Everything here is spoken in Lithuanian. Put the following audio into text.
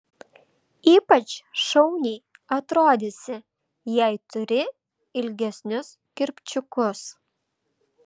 ypač šauniai atrodysi jei turi ilgesnius kirpčiukus